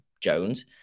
Jones